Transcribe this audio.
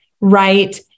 right